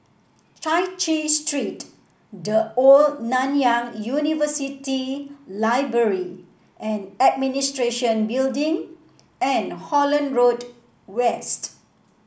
Chai Chee Street The Old Nanyang University Library and Administration Building and Holland Road West